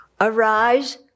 arise